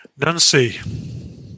Nancy